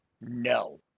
No